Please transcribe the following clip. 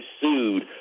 sued